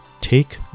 take